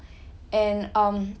and um